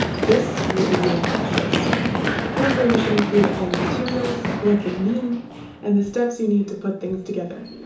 this will be your. list here's where you should include all your materials what they mean and the steps you need to put things together.